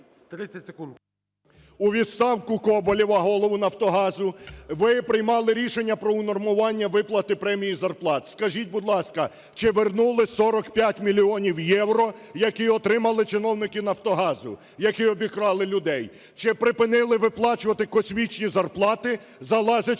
…у відставку Коболєва, голову "Нафтогазу". Ви приймали рішення про унормування виплати премії і зарплат. Скажіть, будь ласка, чи вернули 45 мільйонів євро, які отримали чиновники "Нафтогазу", які обікрали людей? Чи припинили виплачувати космічні зарплати, залазячи